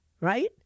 right